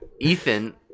Ethan